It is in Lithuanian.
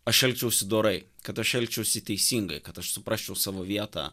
aš elgčiausi dorai kad aš elgčiausi teisingai kad aš suprasčiau savo vietą